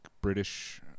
british